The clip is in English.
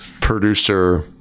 producer